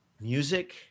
music